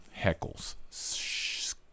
Heckles